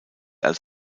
als